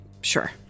Sure